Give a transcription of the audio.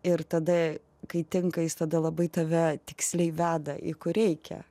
ir tada kai tinka jis tada labai tave tiksliai veda į kur reikia